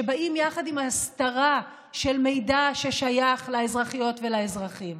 שבאים יחד עם הסתרה של מידע ששייך לאזרחיות ולאזרחים.